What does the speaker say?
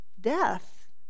death